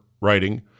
writing